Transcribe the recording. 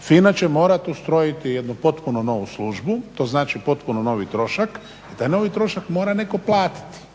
FINA će morati ustrojiti jednu potpuno novu službu, to znači potpuno novi trošak i taj novi trošak mora netko platiti.